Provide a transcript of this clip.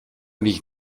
nicht